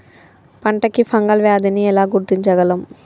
పంట కి ఫంగల్ వ్యాధి ని ఎలా గుర్తించగలం?